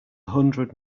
hundred